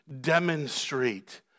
demonstrate